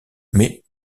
mais